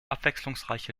abwechslungsreiche